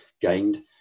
gained